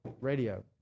radio